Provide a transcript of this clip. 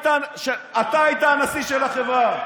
אתה היית הנשיא של החברה.